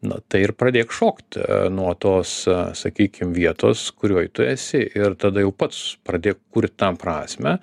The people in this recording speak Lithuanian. na tai ir pradėk šokt nuo tos sakykim vietos kurioj tu esi ir tada jau pats pradėk kurt tam prasmę